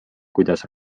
kuidas